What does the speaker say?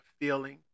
feeling